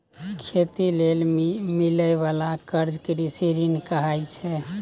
खेती लेल मिलइ बाला कर्जा कृषि ऋण कहाइ छै